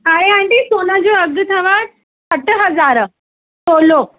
आहे आंटी सोन जो अघु अथव सठि हज़ार तोलो